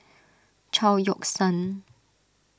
Chao Yoke San